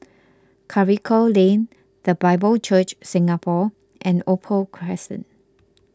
Karikal Lane the Bible Church Singapore and Opal Crescent